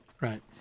Right